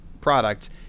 product